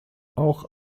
auch